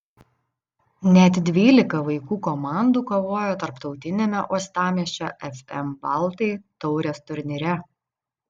net dvylika vaikų komandų kovojo tarptautiniame uostamiesčio fm baltai taurės turnyre